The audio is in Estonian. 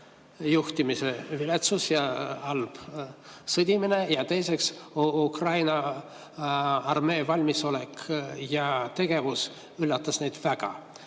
juhtimise viletsus ja halb sõdimine ning teiseks, Ukraina armee valmisolek ja tegevus – üllatas neid väga.